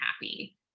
happy